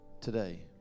today